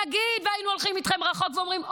נגיד שהיינו הולכים איתכם רחוק ואומרים,